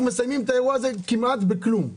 אנחנו מסיימים את האירוע הזה כמעט בכלום.